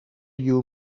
you